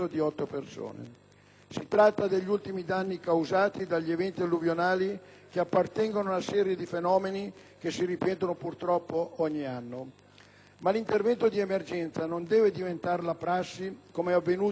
Si tratta degli ultimi danni causati dagli eventi alluvionali che appartengono a una serie di fenomeni che si ripetono, purtroppo, ogni anno. Ma l'intervento di emergenza non deve diventare la prassi, com'è avvenuto negli ultimi tempi.